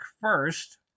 first